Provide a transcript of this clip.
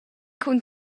cun